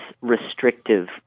restrictive